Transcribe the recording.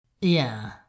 Yeah